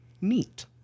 Neat